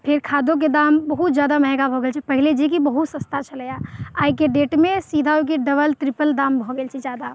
फेर खादोके दाम बहुत जादा महंगा भऽ गेल छै पहिले जे कि बहुत सस्ता छलैया आइके डेटमे सीधा ओकर डबल ट्रिपल दाम भऽ गेल छै जादा